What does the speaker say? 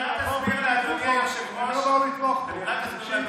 לא באו לתמוך בו.